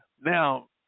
Now